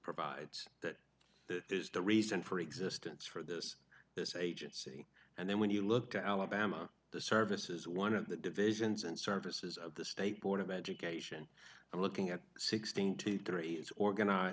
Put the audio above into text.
provides that is the reason for existence for this this agency and then when you look at alabama the services one of the divisions and services of the state board of education i'm looking at sixteen to three it's organize